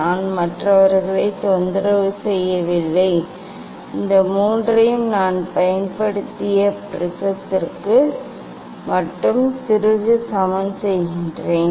நான் மற்றவர்களை தொந்தரவு செய்யவில்லை இந்த மூன்றையும் நான் பயன்படுத்த முப்படை கண்ணாடிமட்டுமே திருகு சமன் செய்கிறேன்